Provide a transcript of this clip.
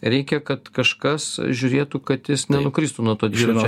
reikia kad kažkas žiūrėtų kad jis nenukristų nuo to dviračio